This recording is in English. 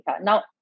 Now